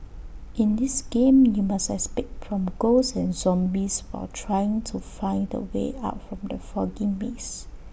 in this game you must escape from ghosts and zombies while trying to find the way out from the foggy maze